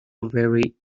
very